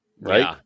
Right